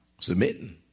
submitting